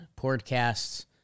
podcasts